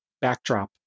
backdrop